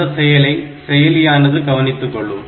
அந்த செயலை செயலியானது கவனித்து கொள்ளும்